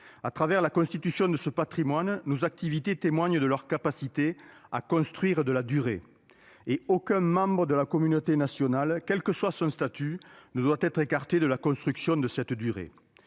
À travers la constitution de ce patrimoine, nos activités témoignent de leur capacité à construire de la durée. « Et aucun membre de la communauté nationale, quel que soit son statut, ne doit être écarté de la construction de cette " durée